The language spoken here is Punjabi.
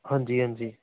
ਹਾਂਜੀ ਹਾਂਜੀ